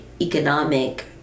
economic